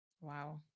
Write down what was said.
Wow